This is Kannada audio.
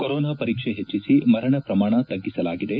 ಕೊರೊನಾ ಪರೀಕ್ಷೆ ಹೆಚ್ಚಿಸಿ ಮರಣ ಪ್ರಮಾಣ ತಗ್ಗಿಸಲಾಗಿದೆ